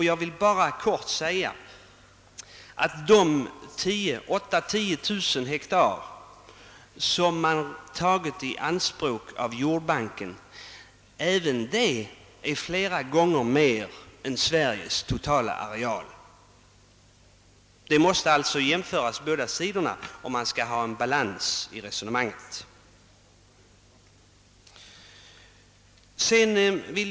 Jag vill bara helt kort framhålla att även de 8 å 10 miljoner hektar som tagits i anspråk av jordbanken, är flera gånger mer än Sveriges totala areal. Båda sidorna måste alltså jämföras om man skall få balans i resonemanget.